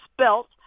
spelt